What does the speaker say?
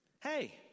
hey